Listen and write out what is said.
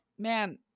man